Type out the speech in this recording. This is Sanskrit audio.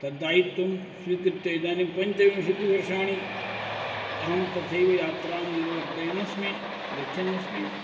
तद्दायित्वं स्वीकृत्य इदानीं पञ्चविंशतिवर्षाणि अहं तथैव यात्रां निर्वर्तयन्नस्मि गच्छन्नस्मि